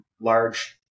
large